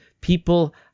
people